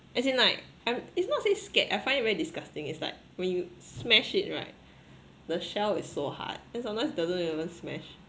as in like I'm it's not say scared I find it very disgusting is like when you smash it right the shell is so hard then sometimes doesn't even smash